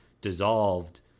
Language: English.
dissolved